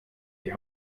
die